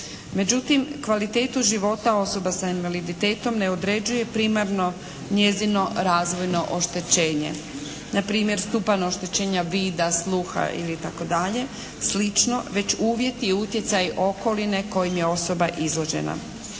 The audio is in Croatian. Međutim, kvalitetu života osoba sa invaliditetom ne određuje primarno njezino razvojno oštećenje. Na primjer stupanj oštećenja vida, sluha ili itd. slično već uvjeti i utjecaji okoline kojima je osoba izložena.